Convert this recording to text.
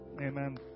Amen